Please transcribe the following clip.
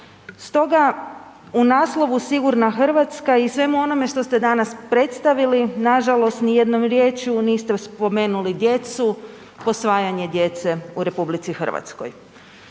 stoga u naslovu „Sigurna Hrvatska“ i svemu onome što ste danas predstavili, nažalost nijednom riječju niste spomenuli djecu, posvajanje djece u RH. To je rijetka